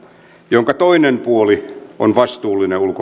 jonka toinen puoli on vastuullinen